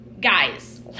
Guys